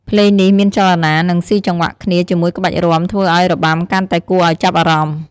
ភ្លេងនេះមានចលនា និង សុីចង្វាក់គ្នាជាមួយក្បាច់រាំ ធ្វើឲ្យរបាំកាន់តែគួរឲ្យចាប់អារម្មណ៌។